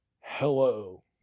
hello